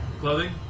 Clothing